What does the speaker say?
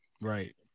Right